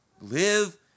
Live